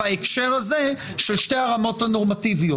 בהקשר הזה של שתי הרמות הנורמטיביות.